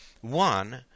One